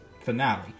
finale